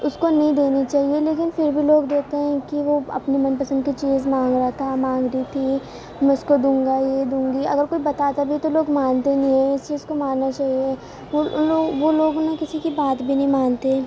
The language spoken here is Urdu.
اس کو نہیں دینی چاہیے لیکن پھر بھی لوگ دیتے ہیں کہ وہ اپنی من پسند کی چیز مانگ رہا تھا مانگ رہی تھی میں اس کو دوں گا یہ دوں گی اگر کوئی بتاتا بھی ہے تو لوگ مانتے نہیں ہیں اس چیز کو ماننا چاہیے وہ ان لوگ وہ لوگوں نے کسی کی بات بھی نہیں مانتے